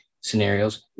scenarios